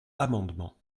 amendement